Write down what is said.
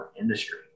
industry